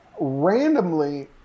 randomly